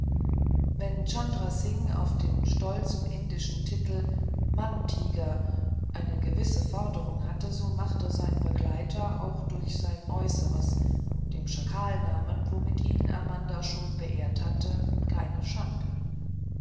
wenn chandra singh auf den stolzen indischen titel mann tiger eine gewisse forderung hatte so machte sein begleiter auch durch sein äußeres dem schakalnamen womit ihn amanda schon beehrt hatte keine schande